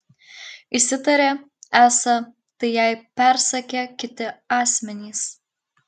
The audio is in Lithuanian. išsitarė esą tai jai persakę kiti asmenys